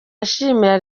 ashimira